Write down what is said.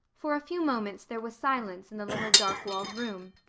for a few moments there was silence in the little dark-walled room.